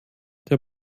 der